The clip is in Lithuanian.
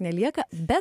nelieka bet